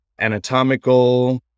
anatomical